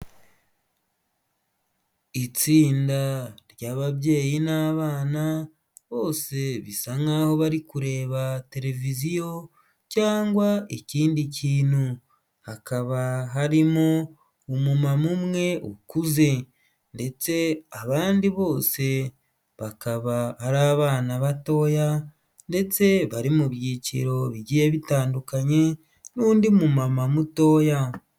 Itsinda ry'ababyeyi n'abana bose bisa nkaho bari kureba televiziyo cyangwa ikindi kintu. Hakaba harimo umu mama umwe ukuze ndetse abandi bose bakaba ari abana batoya ndetse bari mu byiciro bigiye bitandukanye n'undi mu mama mutoya.